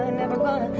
never gonna